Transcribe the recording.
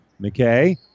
McKay